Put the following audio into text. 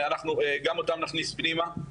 ואנחנו גם אותם נכניס פנימה.